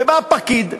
בא פקיד,